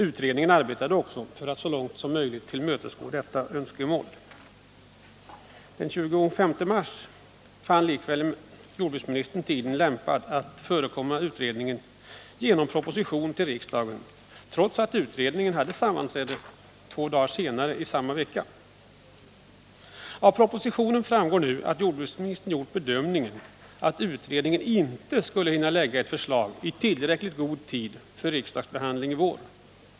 Utredningen arbetade också för att så långt som möjligt tillmötesgå detta önskemål. Den 25 mars fann emellertid jordbruksministern tiden vara lämpad att förekomma utredningen genom proposition till riksdagen, trots att utredningen hade sammanträde två dagar senare i samma vecka. Av propositionen framgår att jordbruksministern gjort bedömningen att utredningen inte skulle hinna lägga fram ett förslag i tillräckligt god tid för riksdagsbehandling i vår.